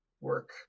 work